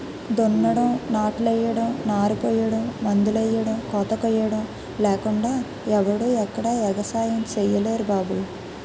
దున్నడం, నాట్లెయ్యడం, నారుపొయ్యడం, మందులెయ్యడం, కోతకొయ్యడం లేకుండా ఎవడూ ఎక్కడా ఎగసాయం సెయ్యలేరు బాబూ